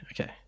okay